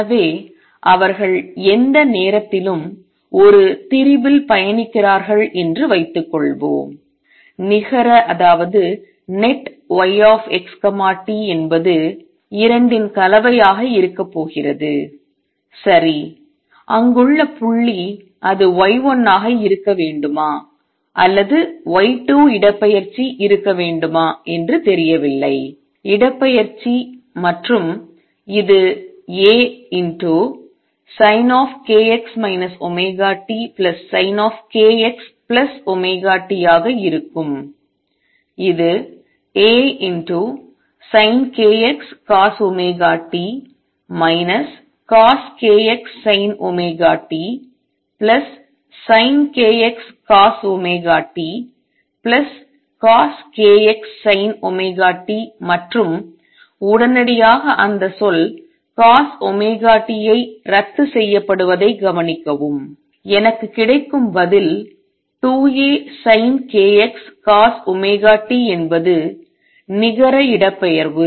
எனவே அவர்கள் எந்த நேரத்திலும் ஒரு திரிபு இல் பயணிக்கிறார்கள் என்று வைத்துக்கொள்வோம் நிகர yxt என்பது 2 இன் கலவையாக இருக்கப்போகிறது சரி அங்குள்ள புள்ளி அது y1 ஆக இருக்க வேண்டுமா அல்லது y2 இடப்பெயர்ச்சி இருக்க வேண்டுமா என்று தெரியவில்லை இடப்பெயர்ச்சி மற்றும் இது ASinkx ωtSinkxωt ஆக இருக்கும் இது ASinkxCosωt CoskxSinωtSinkxCosωtCoskxSinωt மற்றும் உடனடியாக அந்த சொல் Cosωt ரத்துசெய்யப்படுவதைக் கவனிக்கவும் எனக்கு கிடைக்கும் பதில் 2ASinkxCosωt என்பது நிகர இடப்பெயர்வு